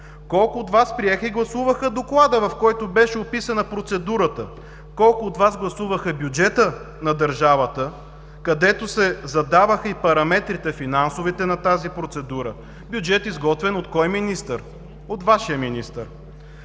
Колко от Вас приеха и гласуваха Доклада, в който беше описана процедурата? Колко от Вас гласуваха бюджета на държавата, където се задаваха и финансовите параметри на тази процедура? Бюджет, изготвен от кой министър? От Вашия министър.